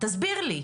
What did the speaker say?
תסביר לי,